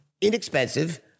inexpensive